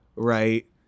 right